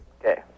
Okay